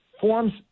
forms